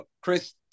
chris